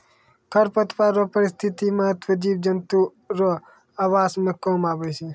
खरपतवार रो पारिस्थितिक महत्व जिव जन्तु रो आवास मे काम आबै छै